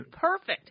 perfect